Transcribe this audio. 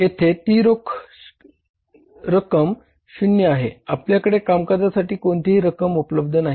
येथे ती रक्कम शून्य आहे आपल्याकडे कामकाजासाठी कोणतीही रक्कम उपलब्ध नाही